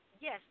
Yes